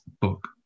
book